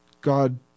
God